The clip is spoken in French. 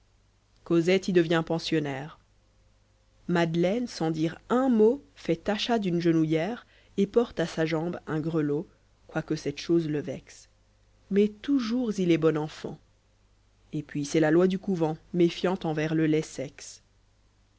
cosette y devient pensionnaire madeleine sans dire un mot fait achat d'une genouillère et porte à sa jambe un grelot quoique cette chose le vexe mais toujours il est bon enfant et puis c'est la loi du couvent méfiant envers le laid sexe